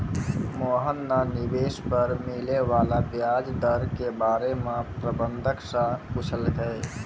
मोहन न निवेश पर मिले वाला व्याज दर के बारे म प्रबंधक स पूछलकै